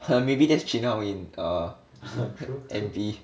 !huh! maybe that's chen hao in uh N_P